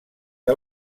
que